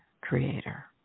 creator